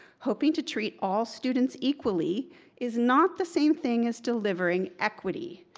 hoping to treat all students equally is not the same thing as delivering equity.